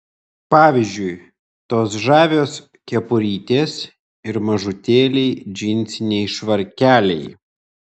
pavyzdžiui tos žavios kepurytės ir mažutėliai džinsiniai švarkeliai